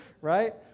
Right